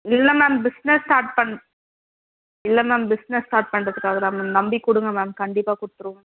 இல்லை ma'am business start பண் இல்லை மேம் பிஸ்னஸ் ஸ்டார்ட் பண்ணுறத்துக்காக தான் மேம் நம்பி கொடுங்க மேம் கண்டிப்பாக கொடுத்துருவோம்